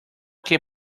que